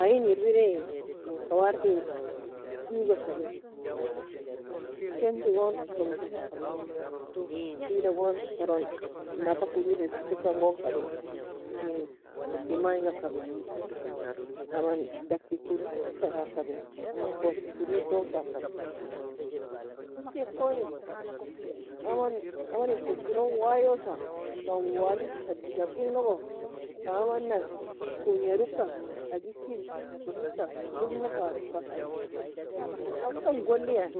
Ayen erbaire en kawarty ewie ga kabin. Tani goon subo ka fa kabin wida goon teron naba kodok ta elkan goon kaben en koti mange kabi, amn daki kodo fa doma kabie amn corki kdod ta fa kabieheie coni amn amn en kochei log waiyosa tawali shabi shabie nogue fa amn a konguha doka Agisie kodo ta doma fa kabie hikera husan goli yani